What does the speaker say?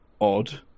odd